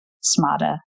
smarter